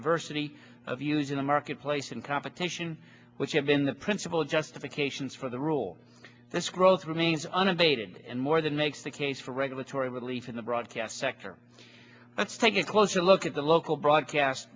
diversity of views in the marketplace and competition which have been the principal justifications for the rule this growth remains unabated and more than makes the case for regulatory relief in the broadcast sector let's take a closer look at the local broadcast